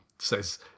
says